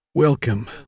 Welcome